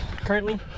currently